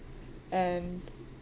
and